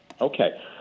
Okay